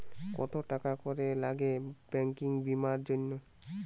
কত টাকা করে লাগে ব্যাঙ্কিং বিমার জন্য?